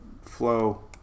flow